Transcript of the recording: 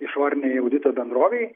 išorinei audito bendrovei